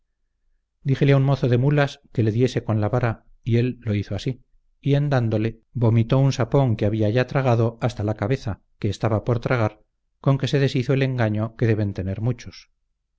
un mozo de mulas que le diese con la vara y él lo hizo así y en dándole vomitó un sapón que había ya tragado hasta la cabeza que estaba por tragar con que se deshizo el engaño que deben tener muchos